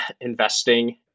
investing